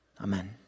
Amen